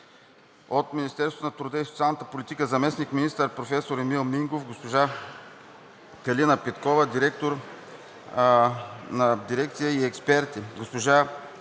от Министерството на труда и социалната политика – заместник-министър професор Емил Мингов, госпожа К. Петкова – директор, и експерти;